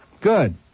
Good